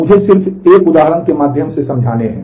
मुझे सिर्फ एक उदाहरण के माध्यम से समझाने दें